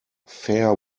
fair